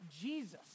Jesus